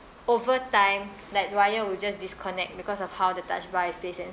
over time like the wire will just disconnect because of how the touch bar is placed and